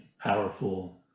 powerful